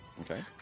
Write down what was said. Okay